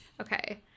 okay